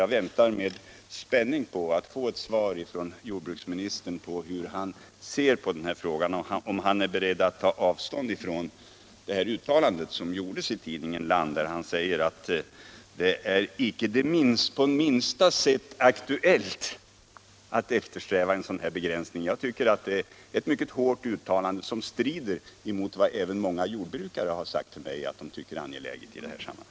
Jag väntar med spänning på ett svar från jordbruksministern om hur han ser på den här frågan, om han är beredd att ta avstånd från det uttalande i tidningen Land där han säger att det är icke på minsta sätt aktuellt att eftersträva en sådan begränsning av konstgödselmedel som det här är fråga om. Jag tycker att det är ett mycket hårt uttalande, som strider mot vad även många jordbrukare har sagt till mig att de finner angeläget i detta sammanhang.